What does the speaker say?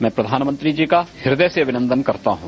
मैं प्रधानमंत्री जी का हृदय से अभिनन्दन करता हूं